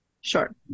Sure